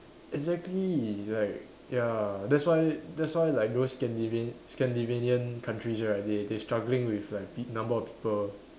exactly like ya that's why that's why like those scandivian~ Scandinavian countries right they they struggling with like big number of people